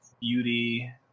beauty